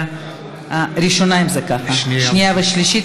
28 חברי כנסת בעד,